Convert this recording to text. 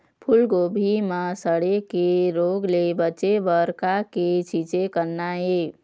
फूलगोभी म सड़े के रोग ले बचे बर का के छींचे करना ये?